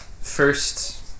First